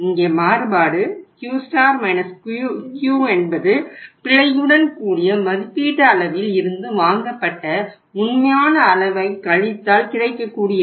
இங்கே மாறுபாடு Q Q என்பது பிழையுடன் கூடிய மதிப்பீட்டு அளவில் இருந்து வாங்கப்பட்ட உண்மையான அளவை கழித்தால் கிடைக்கக்கூடியது